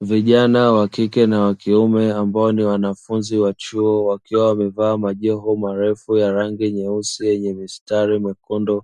Vijana wakike na wakiume ambao ni wanafunzi wa chuo wamevaa majoho marefu ya rangi ya nyeusi yenye mistari mekundu,